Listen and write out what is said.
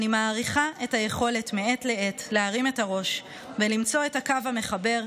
אני מעריכה את היכולת מעת לעת להרים את הראש ולמצוא את הקו המחבר,